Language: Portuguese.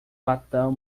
latão